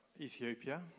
Ethiopia